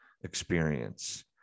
experience